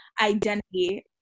identity